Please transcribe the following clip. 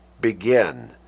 begin